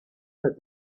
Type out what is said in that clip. that